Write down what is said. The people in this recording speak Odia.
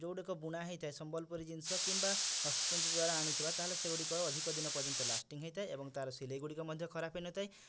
ଯୋଉଟାକି ବୁଣା ହେଇଥାଏ ସମ୍ୱଲପୁରୀ ଜିନିଷ କିମ୍ୱା ହସ୍ତତନ୍ତ୍ର ଦ୍ୱାରା ଆଣିଥିବା ତାହାଲେ ସେଗୁଡ଼ିକ ଅଧିକ ଦିନ ପର୍ଯ୍ୟନ୍ତ ଲାଷ୍ଟିଂ ହୋଇଥାଏ ଏବଂ ତା'ର ସିଲେଇଗୁଡ଼ିକ ମଧ୍ୟ ଖରାପ ହୋଇ ନଥାଏ